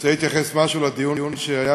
קסניה סבטלובה, אינה